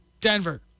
Denver